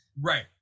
right